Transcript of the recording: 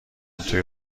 توی